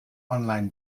online